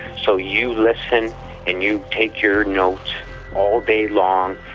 so you listen and you take your notes all day long,